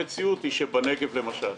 המציאות היא שבנגב, למשל,